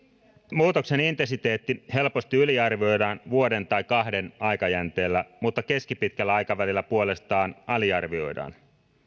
muutoksen intensiteetti helposti yliarvioidaan vuoden tai kahden aikajänteellä mutta keskipitkällä aikavälillä puolestaan aliarvioidaan